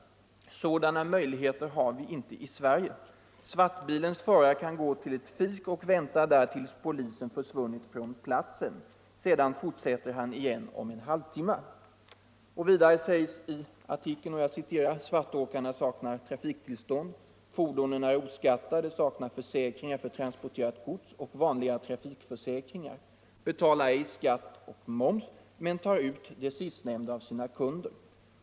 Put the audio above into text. Sådana möjligheter har vi inte i Sverige. Svartbilens förare kan gå till ett fik och vänta där tills polisen försvunnit från platsen. Sedan fortsätter han igen om en halvtimma.” Vidare sägs i artikeln att ”svartåkarna saknar trafiktillstånd, fordonen är oskattade, saknar försäkringar för transporterat gods och vanliga trafikförsäkringar. Betalar ej skatt på moms, men tar ut den sistnämnda av sina kunder.